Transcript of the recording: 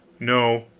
no,